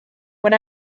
when